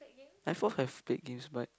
I forth have played games but